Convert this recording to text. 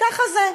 ככה זה,